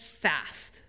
fast